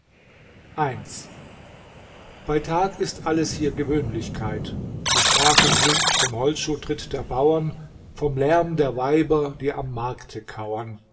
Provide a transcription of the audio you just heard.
i bei tag ist alles hier gewöhnlichkeit die straße klingt vom holzschuhtritt der bauern vom lärm der weiber die am markte kauern